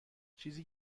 چیزی